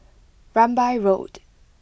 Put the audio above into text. Rambai Road